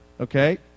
okay